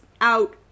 out